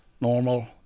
normal